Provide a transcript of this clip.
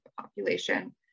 population